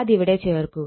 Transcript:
അതിവിടെ ചേർക്കുക